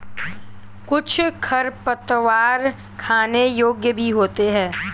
कुछ खरपतवार खाने योग्य भी होते हैं